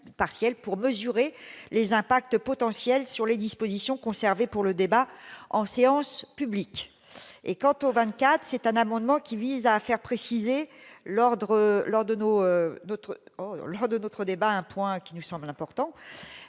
pour mesurer les impact potentiel sur les dispositions conserver pour le débat en séance publique et quant aux 24 c'est un amendement qui vise à faire préciser l'ordre lors de nos, d'autres de notre débat, un point qui nous semble important,